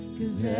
cause